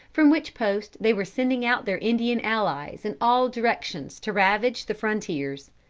from which post they were sending out their indian allies in all directions to ravage the frontiers.